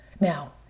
Now